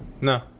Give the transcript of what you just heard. No